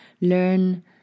Learn